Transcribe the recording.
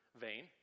vain